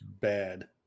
bad